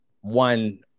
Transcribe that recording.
one